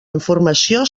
informació